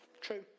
True